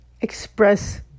express